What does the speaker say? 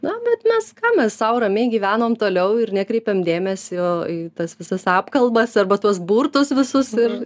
na bet mes ką mes sau ramiai gyvenom toliau ir nekreipėm dėmesio į tas visas apkalbas arba tuos burtus visus ir